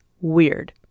Weird